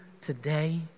today